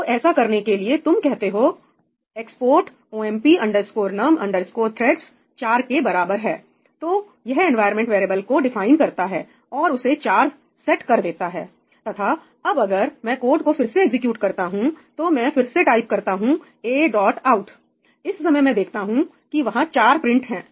तो ऐसा करने के लिए तुम कहते हो export OMP NUM THREADS 4 के बराबर है तो यह एनवायरमेंट वेरिएबल को डिफाइन करता हैऔर उसे चार सेट कर देता है तथा अब अगर मैं कोड को फिर से एग्जीक्यूट करता हूं तो मैं फिर से टाइप करता हूं ए डॉट आउट' इस समय मैं देखता हूं कि वहां 4 प्रिंट है